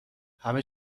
همه